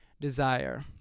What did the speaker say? desire